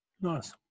nice